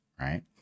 right